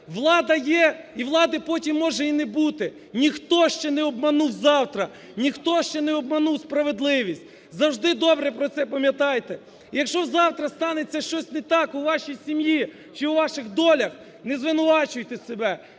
влада є і влади потім може і не бути, ніхто ще не обманув завтра, ніхто ще не обманув справедливість, завжди добре про це пам'ятайте. Якщо завтра станеться щось не так у вашій сім'ї, чи у ваших долях не звинувачуйте себе,